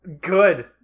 Good